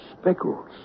speckles